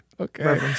Okay